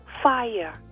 Fire